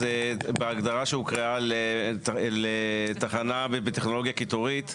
אז בהגדרה שהוקראה לתחנה בטכנולוגיה קיטורית,